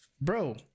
bro